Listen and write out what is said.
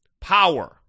power